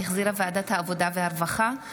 שהחזירה ועדת העבודה והרווחה,